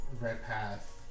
Redpath